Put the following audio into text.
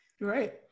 right